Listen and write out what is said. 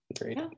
great